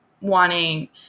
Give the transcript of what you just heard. wanting